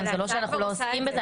זה לא אנחנו לא עוסקים בזה,